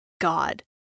God